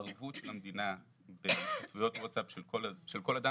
התערבות המדינה בהתכתבויות ווטסאפ של כל אדם,